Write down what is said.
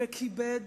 וכיבד